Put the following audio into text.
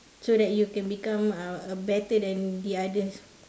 so that you can become a better than the others